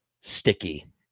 sticky